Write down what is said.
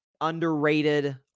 underrated